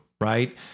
right